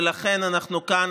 ולכן אנחנו כאן,